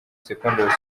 secondary